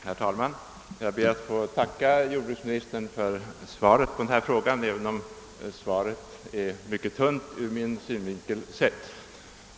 Herr talman! Jag ber att få tacka jordbruksministern för svaret på min fråga, även om det ur min synvinkel sett är mycket tunt.